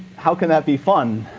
how can that be fun?